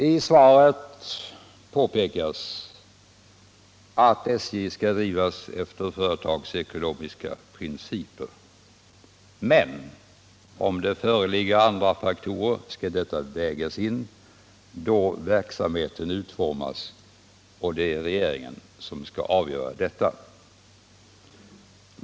I svaret påpekas att SJ skall drivas efter företagsekonomiska principer. Men om det föreligger andra faktorer, skall dessa vägas in då verksamheten utformas, och det är regeringen som skall avgöra detta.